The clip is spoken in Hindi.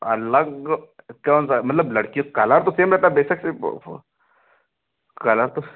अलग कौन सा है मतलब लड़की कलर तो सेम रहता बेशक से कलर तो